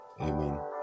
Amen